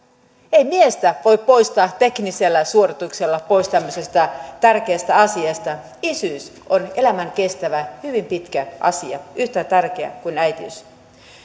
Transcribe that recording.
ei miestä voi poistaa teknisellä suorituksella pois tämmöisestä tärkeästä asiasta isyys on elämän kestävä hyvin pitkä asia yhtä tärkeä kuin äitiys